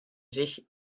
sich